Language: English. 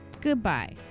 Goodbye